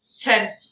Ten